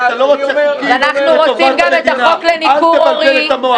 אתה לא רוצה חוקים לטובת המדינה